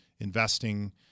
investing